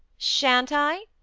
shan't i?